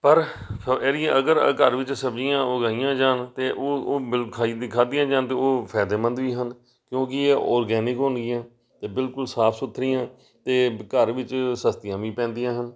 ਪਰ ਅਗਰ ਘਰ ਵਿੱਚ ਸਬਜ਼ੀਆਂ ਉਗਾਈਆਂ ਜਾਣ ਅਤੇ ਉਹ ਉਹ ਬਿਲ ਖਾਈ ਖਾਧੀਆਂ ਜਾਣ ਤਾਂ ਉਹ ਫ਼ਾਇਦੇਮੰਦ ਵੀ ਹਨ ਕਿਉਂਕਿ ਇਹ ਔਰਗੈਨਿਕ ਹੋਣਗੀਆਂ ਅਤੇ ਬਿਲਕੁਲ ਸਾਫ਼ ਸੁਥਰੀਆਂ ਅਤੇ ਘਰ ਵਿੱਚ ਸਸਤੀਆਂ ਵੀ ਪੈਂਦੀਆਂ ਹਨ